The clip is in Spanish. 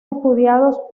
estudiados